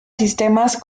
sistemas